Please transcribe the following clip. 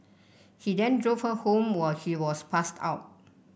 he then drove her home while she was passed out